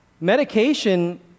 medication